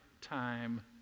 time